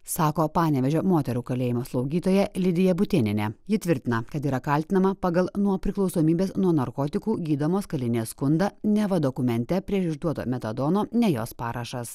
sako panevėžio moterų kalėjimo slaugytoja lidija butėnienė ji tvirtina kad yra kaltinama pagal nuo priklausomybės nuo narkotikų gydomos kalinės skundą neva dokumente prieš išduoto metadono ne jos parašas